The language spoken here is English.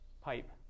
pipe